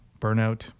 burnout